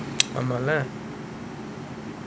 அதுனால:athunaala